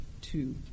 two